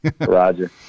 Roger